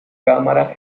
cámara